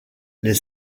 les